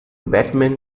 batman